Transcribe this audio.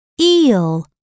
eel